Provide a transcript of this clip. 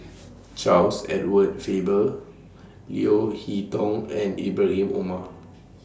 Charles Edward Faber Leo Hee Tong and Ibrahim Omar